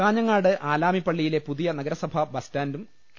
കാഞ്ഞങ്ങാട് ആലാമിപ്പള്ളിയിലെ പുതിയ നഗരസഭാ ബസ് സ്റ്റാന്റും കെ